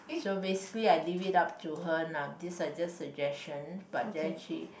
so basically I leave it up to her nah these are just suggestions but then she